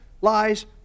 lies